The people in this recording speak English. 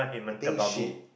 I think she